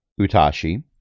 Utashi